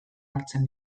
hartzen